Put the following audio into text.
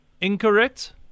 Incorrect